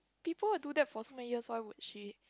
people do that for so many years why would she